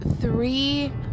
three